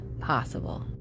possible